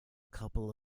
couple